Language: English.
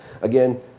again